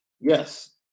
yes